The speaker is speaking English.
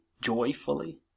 Joyfully